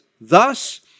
Thus